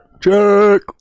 Check